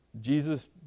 Jesus